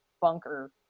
bunker